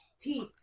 Teeth